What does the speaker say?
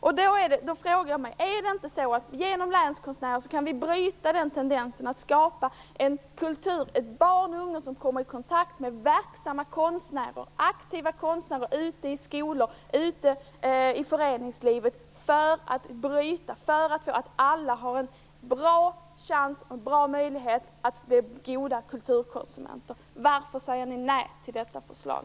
Jag frågar då: Är det inte så att vi genom länskonstnärerna kan bryta den tendensen, och skapa en kultur där barn och ungdomar kan komma i kontakt med verksamma och aktiva konstnärer ute i skolor och ute i föreningslivet? Detta behövs för att alla skall ha en bra chans och en bra möjlighet att bli goda kulturkonsumenter. Varför säger Moderaterna nej till detta förslag?